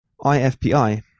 IFPI